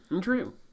true